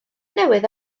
newydd